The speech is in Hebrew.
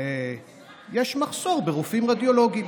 יש מחסור ברופאים רדיולוגיים,